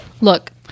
look